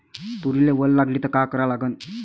तुरीले वल लागली त का करा लागन?